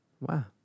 Wow